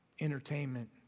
entertainment